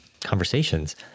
conversations